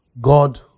God